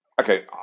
Okay